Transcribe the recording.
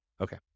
Okay